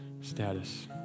status